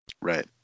Right